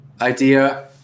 idea